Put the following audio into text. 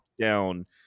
down